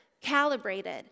calibrated